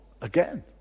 again